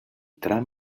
tram